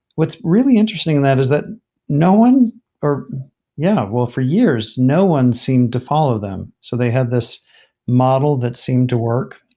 what's really interesting to and that is that no one or yeah well, for years, no one seemed to follow them. so they have this model that seemed to work,